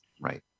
Right